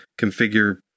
configure